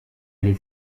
allé